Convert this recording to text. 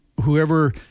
whoever